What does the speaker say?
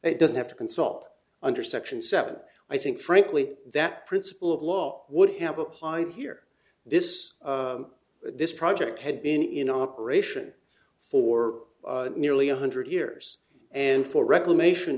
it doesn't have to consult under section seven i think frankly that principle of law would have applied here this this project had been in operation for nearly one hundred years and for reclamation